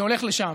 זה הולך לשם.